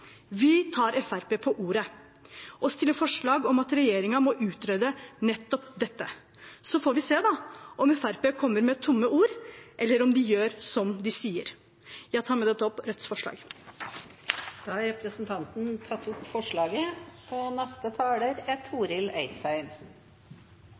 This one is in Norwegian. Vi tar Fremskrittspartiet på ordet og legger fram forslag om at regjeringen må utrede nettopp dette. Så får vi se om Fremskrittspartiet kommer med tomme ord, eller om de gjør som de sier. Jeg tar med dette opp Rødts forslag. Da har representanten Seher Aydar tatt opp det forslaget